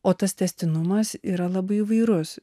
o tas tęstinumas yra labai įvairus